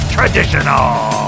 Traditional